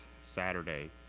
Saturday